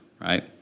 right